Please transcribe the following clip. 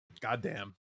goddamn